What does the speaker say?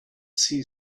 see